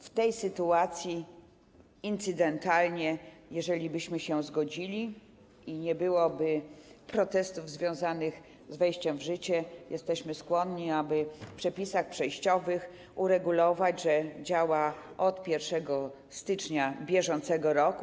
W tej sytuacji incydentalnie, jeżelibyśmy się zgodzili i nie byłoby protestów związanych z wejściem w życie, jesteśmy skłonni, aby w przepisach przejściowych uregulować, że działa od 1 stycznia br.